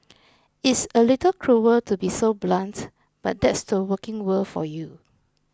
it's a little cruel to be so blunt but that's the working world for you